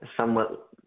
somewhat